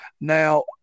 now